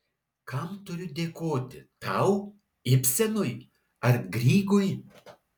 kam turiu dėkoti tau ibsenui ar grygui